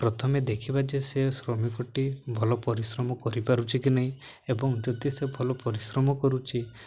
ପ୍ରଥମେ ଦେଖିବା ଯେ ସେ ଶ୍ରମିକଟି ଭଲ ପରିଶ୍ରମ କରିପାରୁଛି କି ନାହିଁ ଏବଂ ଯଦି ସେ ଭଲ ପରିଶ୍ରମ କରୁଛି